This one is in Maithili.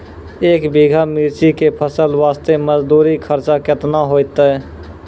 एक बीघा मिर्ची के फसल वास्ते मजदूरी खर्चा केतना होइते?